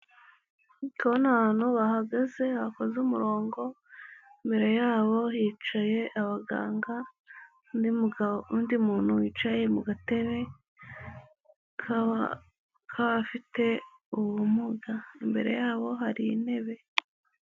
Ndi kubona abantu bahagaze bakoze umurongo, imbere yabo hicaye abaganga, undi mugabo, undi muntu wicaye mu gatebe k'abafite ubumuga, imbere yabo hari intebe.